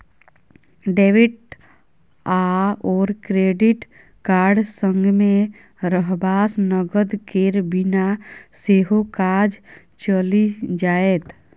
debit आओर credit card संगमे रहबासँ नगद केर बिना सेहो काज चलि जाएत